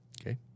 Okay